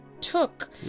took